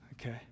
Okay